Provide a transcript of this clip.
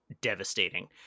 devastating